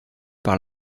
par